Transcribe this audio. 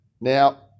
Now